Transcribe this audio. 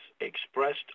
expressed